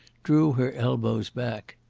drew her elbows back.